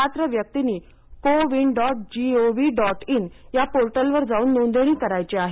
पात्र व्यक्तिनी CoWIN dot gov dot in या पोर्टलवर जाऊन नोंदणी करायची आहे